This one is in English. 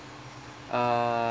uh